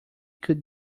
could